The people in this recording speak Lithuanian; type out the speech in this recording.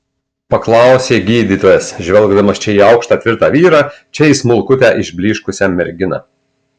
paklausė gydytojas žvelgdamas čia į aukštą tvirtą vyrą čia į smulkutę išblyškusią merginą